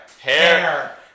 Hair